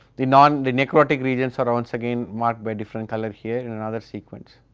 the non, the necrotic regions are once again marked by different colors here in another sequence.